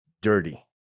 dirty